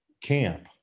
camp